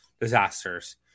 disasters